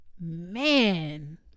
man